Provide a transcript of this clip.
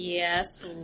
Yes